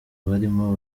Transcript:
barimo